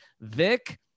Vic